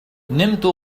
نمت